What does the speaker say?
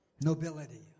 Nobility